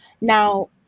Now